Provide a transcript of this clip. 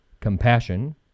compassion